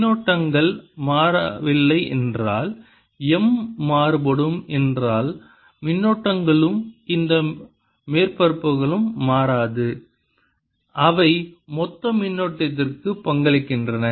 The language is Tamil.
மின்னோட்டங்கள் மாறவில்லை என்றால் M மாறுபடும் என்றால் மின்னோட்டங்களும் இந்த மேற்பரப்புகளும் மாறாது அவை மொத்த மின்னோட்டத்திற்கு பங்களிக்கின்றன